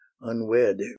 unwed